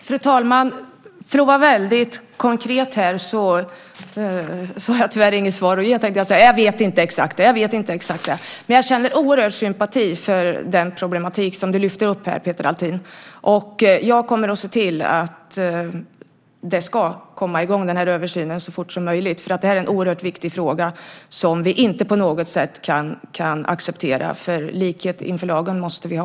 Fru talman! För att vara väldigt konkret: Jag har tyvärr inget svar att ge. Jag vet inte exakt. Jag känner oerhörd sympati för den problematik som du lyfter upp, Peter Althin. Jag kommer att se till att den här översynen kommer i gång så fort som möjligt. Det är en oerhört viktig fråga som vi inte kan acceptera. Likhet inför lagen måste vi ha.